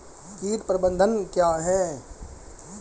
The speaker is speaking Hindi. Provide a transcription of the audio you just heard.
कीट प्रबंधन क्या है?